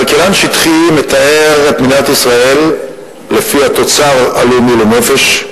כלכלן שטחי מתאר את מדינת ישראל לפי התוצר הלאומי לנפש,